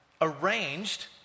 arranged